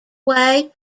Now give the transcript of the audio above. way